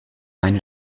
eine